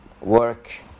work